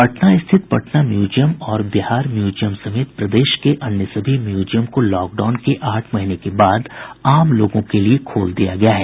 पटना स्थित पटना म्यूजियम और बिहार म्यूजियम समेत प्रदेश के अन्य सभी म्यूजियम को लॉकडाउन के आठ महीने के बाद आम लोगों के लिए खोल दिया गया है